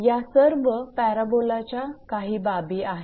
या सर्व पॅराबोलाच्या बाबी आहेत